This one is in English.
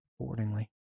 accordingly